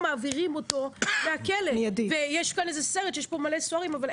סרט שיש פה מלא סוהרים וסוהרות,